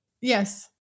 Yes